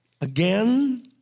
again